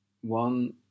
one